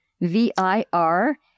V-I-R